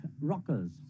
rockers